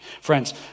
Friends